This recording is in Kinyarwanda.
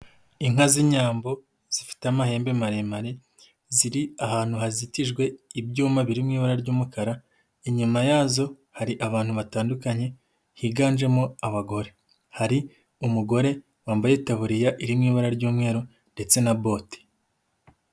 Inka z'inyambo, zifite amahembe maremare, ziri ahantu hazitijwe ibyuma birimo ibara ry'umukara, inyuma yazo hari abantu batandukanye, higanjemo abagore. Hari umugore wambaye taburiya iri mu ibara ry'umweru ndetse na bote.